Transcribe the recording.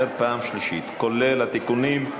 אני חוזר ואומר פעם שלישית, כולל התיקונים.